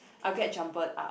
I'll get jumbled up